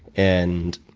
and